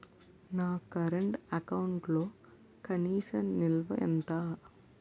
నా కరెంట్ అకౌంట్లో కనీస నిల్వ ఎంత?